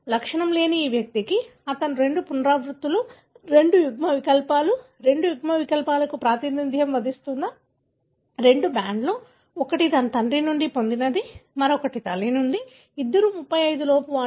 లక్షణం లేని ఈ వ్యక్తికి అతను రెండు పునరావృత్తులు రెండు యుగ్మవికల్పాలు రెండు యుగ్మవికల్పాలకు ప్రాతినిధ్యం వహిస్తున్న రెండు బ్యాండ్లు ఒకటి తన తండ్రి నుండి పొందినది మరొకటి తల్లి నుండి ఇద్దరూ 35 లోపు ఉన్న వారు